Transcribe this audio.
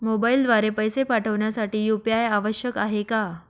मोबाईलद्वारे पैसे पाठवण्यासाठी यू.पी.आय आवश्यक आहे का?